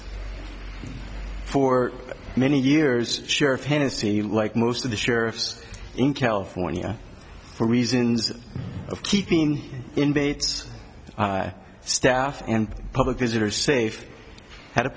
for many years sheriff hennessey like most of the sheriffs in california for reasons of keeping invades staff and public visitors safe had a